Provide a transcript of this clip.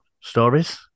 stories